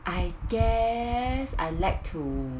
I guess I like to